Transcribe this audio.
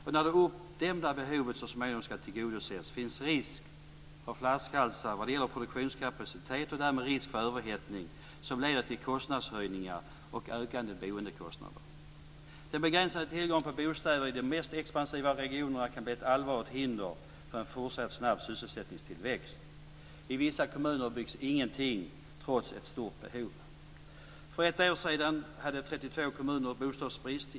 Och när det uppdämda behovet så småningom ska tillgodoses finns det risk för flaskhalsar vad gäller produktionskapacitet och därmed risk för överhettning som leder till kostnadshöjningar och ökande boendekostnader. Den begränsade tillgången på bostäder i de mest expansiva regionerna kan bli ett allvarligt hinder för en fortsatt snabb sysselsättningstillväxt. I vissa kommuner byggs ingenting trots ett stort behov. För ett år sedan hade 32 kommuner bostadsbrist.